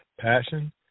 passion